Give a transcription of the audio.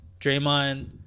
Draymond